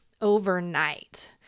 overnight